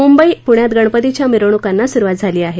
मुंबई प्ण्यात गणपतींच्या मिरवणूकांना सुरुवात झाली आहे